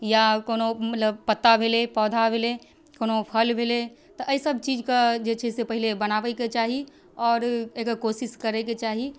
या कोनो मतलब पत्ता भेलै पौधा भेलै कोनो फल भेलै तऽ एहिसब चीजके जे छै से पहिले बनाबैके चाही आओर एकर कोशिश करैके चाही